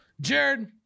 Jared